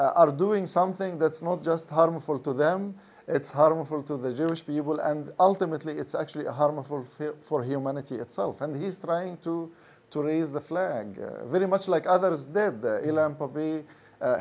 out of doing something that's not just harmful to them it's harmful to the jewish people and ultimately it's actually a homophobe for humanity itself and he's trying to raise the flag very much like others